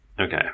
Okay